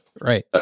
right